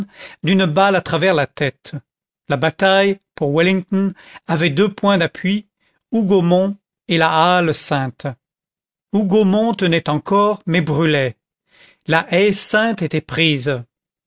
d'une balle à travers la tête la bataille pour wellington avait deux points d'appui hougomont et la hale sainte hougomont tenait encore mais brûlait la haie sainte était prise